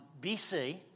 BC